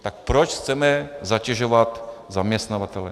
Tak proč chceme zatěžovat zaměstnavatele?